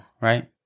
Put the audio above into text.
right